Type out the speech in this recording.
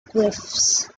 cliffs